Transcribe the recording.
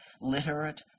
literate